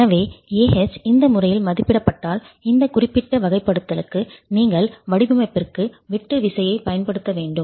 எனவே Ah இந்த முறையில் மதிப்பிடப்பட்டால் இந்த குறிப்பிட்ட வகைப்படுத்தலுக்கு நீங்கள் வடிவமைப்பிற்கு வெட்டு விசையைப் பயன்படுத்த வேண்டும்